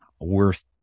worth